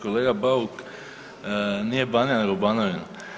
Kolega Bauk, nije Banija nego Banovina.